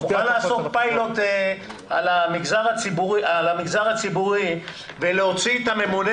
אתה מוכן לעשות פיילוט על המגזר הציבורי ולהוציא את הממונה